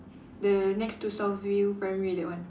the next to south view primary that one